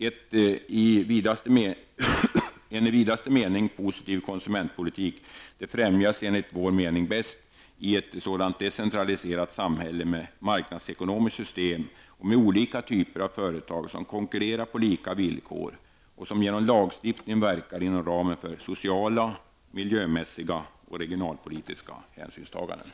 En i vidaste mening positiv konsumentpolitik främjas enligt vår mening bäst i ett decentraliserat samhälle med marknadsekonomiskt system och med olika typer av företag som konkurrerar på lika villkor och som genom lagstiftning verkar inom ramen för sociala, miljömässiga och regionalpolitiska hänsynstaganden.